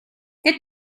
che